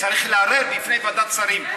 צריך לערער בפני ועדת שרים,